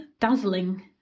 dazzling